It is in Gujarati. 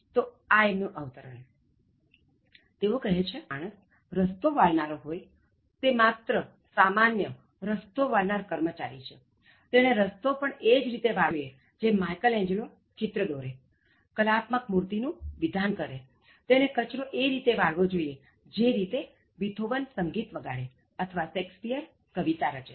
તો એમનું અવતરણ તેઓ કહે છે જો એક માણસ રસ્તો વાળનારો હોય તે માત્ર સામાન્ય રસ્તો વાળનાર કર્મચારી છે તેણે રસ્તો પણ એ રીતે વાળવો જોઇએ જેમ માઇકલ એંજલો ચિત્ર દોરે કલાત્મક મૂર્તિ નું વિધાન કરે તેણે કચરો એ રીતે વાળવો જોઇએ જે રીતે બિથોવન સંગીત વગાડે અથવા શેક્સપિઅર કવિતા રચે